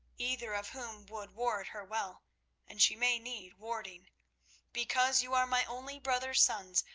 either of whom would ward her well and she may need warding because you are my only brother's sons,